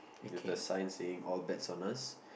with the sign saying all bets on us